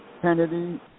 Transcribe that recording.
Kennedy